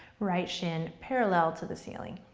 right shin parallel to the ceiling.